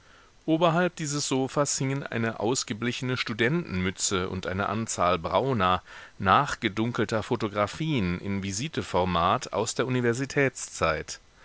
oberhalb dieses sofas hingen eine ausgeblichene studentenmütze und eine anzahl brauner nachgedunkelter photographien in visiteformat aus der universitätszeit